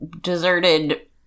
deserted